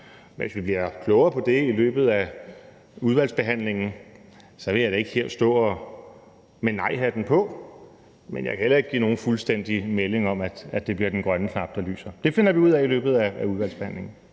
være. Hvis vi bliver klogere på det i løbet af udvalgsbehandlingen, vil jeg da ikke her stå med nejhatten på, men jeg kan heller ikke give nogen fuldstændig melding om, at det bliver den grønne knap, der lyser. Det finder vi ud af i løbet af udvalgsbehandlingen.